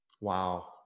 Wow